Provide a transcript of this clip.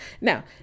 Now